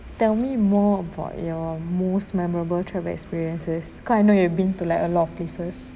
tell me more about your most memorable travel experiences cause I know you've been to like a lot of places